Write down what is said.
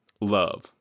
love